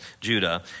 Judah